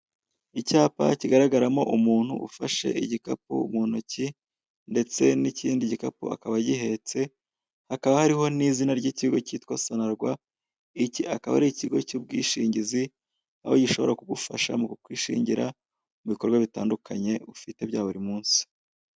Icyapa kigaragaramo umuntu ufashe igikapu mu ntoki ndetse n'ikindi gikapu akaba agihetse hakaba hariho n'izina ry'ikigo cyitwa sonarwa, iki akaba ari ikigo cy'ubwishingizi aho aho gishobora kugufasha mu kukwishyingira mu bikorwa bitandukanye ufite bya buri munsi.